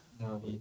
No